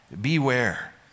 Beware